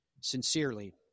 Sincerely